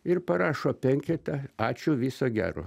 ir parašo penketą ačiū viso gero